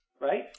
Right